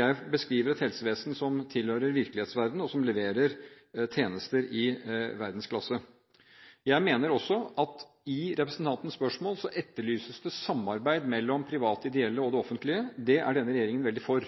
Jeg beskriver et helsevesen som tilhører virkelighetens verden, og som leverer tjenester i verdensklasse. Jeg mener også at i representantens spørsmål etterlyses det samarbeid mellom de private ideelle og det offentlige. Det er denne regjeringen veldig for.